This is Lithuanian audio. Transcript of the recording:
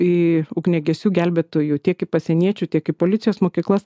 į ugniagesių gelbėtojų tiek į pasieniečių tiek į policijos mokyklas